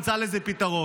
יימצא לזה פתרון.